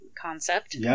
concept